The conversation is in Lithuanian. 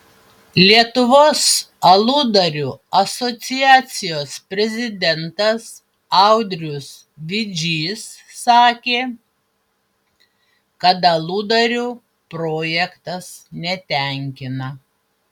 lietuvos aludarių asociacijos prezidentas audrius vidžys sakė kad aludarių projektas netenkina